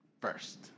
first